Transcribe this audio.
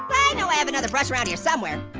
i know i have another brush around here somewhere.